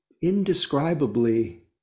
indescribably